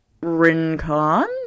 Rincon